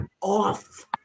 off